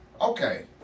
Okay